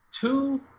Two